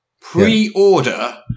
pre-order